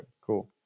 Cool